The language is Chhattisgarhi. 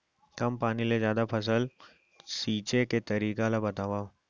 कम पानी ले जादा फसल सींचे के तरीका ला बतावव?